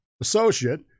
associate